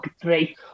Three